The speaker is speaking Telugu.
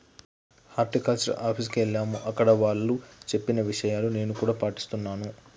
హార్టికల్చర్ ఆఫీస్ కు ఎల్లాము అక్కడ వాళ్ళు చెప్పిన విషయాలు నేను కూడా పాటిస్తున్నాను